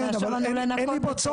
הוא לא מאשר לנו לנכות אותו.